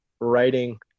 writing